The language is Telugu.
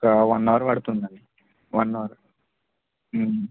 ఒక వన్ అవర్ పడుతుందండి వన్ అవర్